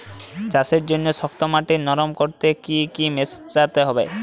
চাষের জন্য শক্ত মাটি নরম করতে কি কি মেশাতে হবে?